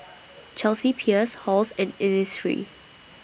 Chelsea Peers Halls and Innisfree